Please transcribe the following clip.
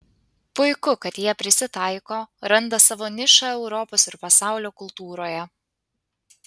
puiku kad jie prisitaiko randa savo nišą europos ir pasaulio kultūroje